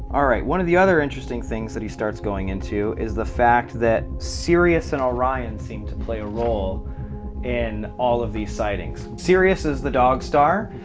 alright one of the other interesting things that he starts going into is the fact that sirius and orion seem to play a role in all of these sightings. isirius is the dog star,